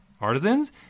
artisans